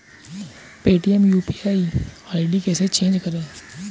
Paytm UPI ID कैसे change करें?